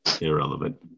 irrelevant